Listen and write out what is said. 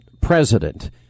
president